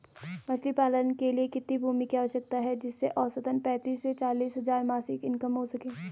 मछली पालन के लिए कितनी भूमि की आवश्यकता है जिससे औसतन पैंतीस से चालीस हज़ार मासिक इनकम हो सके?